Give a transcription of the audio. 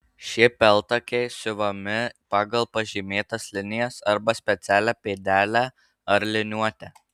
šie peltakiai siuvami pagal pažymėtas linijas arba specialią pėdelę ar liniuotę